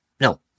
no